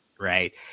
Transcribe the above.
right